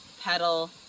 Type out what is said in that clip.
pedal